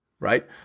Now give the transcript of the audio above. right